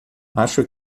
acho